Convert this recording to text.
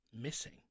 Missing